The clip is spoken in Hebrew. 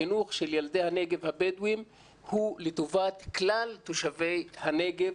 חינוך של ילדי הנגב הבדואים הוא לטובת כלל תושבי הנגב,